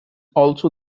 also